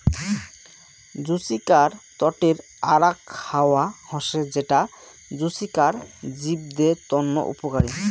জুচিকার তটের আরাক হাওয়া হসে যেটা জুচিকার জীবদের তন্ন উপকারী